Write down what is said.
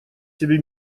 себе